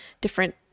different